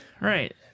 Right